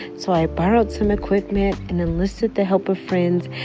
so i borrowed some equipment and enlisted the help of friends,